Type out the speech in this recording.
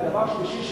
ודבר שלישי,